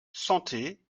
santé